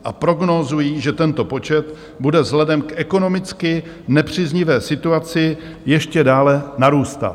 A prognózují, že tento počet bude vzhledem k ekonomicky nepříznivé situaci ještě dále narůstat.